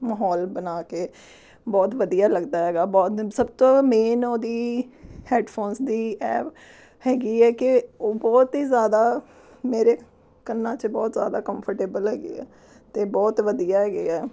ਮਾਹੌਲ ਬਣਾ ਕੇ ਬਹੁਤ ਵਧੀਆ ਲੱਗਦਾ ਹੈਗਾ ਬਹੁਤ ਸਭ ਤੋਂ ਮੇਨ ਉਹਦੀ ਹੈੱਡਫੋਨਸ ਦੀ ਐਬ ਹੈਗੀ ਹੈ ਕਿ ਉਹ ਬਹੁਤ ਹੀ ਜ਼ਿਆਦਾ ਮੇਰੇ ਕੰਨਾਂ 'ਚ ਬਹੁਤ ਜ਼ਿਆਦਾ ਕੰਫਰਟੇਬਲ ਹੈਗੇ ਹੈ ਅਤੇ ਬਹੁਤ ਵਧੀਆ ਹੈਗੇ ਹੈ